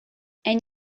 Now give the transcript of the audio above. and